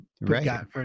Right